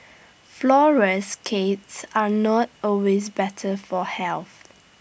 flourless are not always better for health